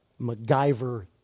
MacGyver